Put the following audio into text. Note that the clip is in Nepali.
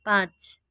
पाँच